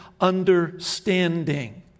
understanding